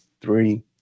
three